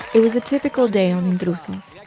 it was a typical day on intrusos.